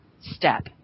step